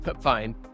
fine